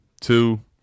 Two